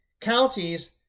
counties